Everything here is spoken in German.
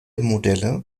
modelle